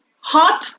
hot